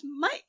Mike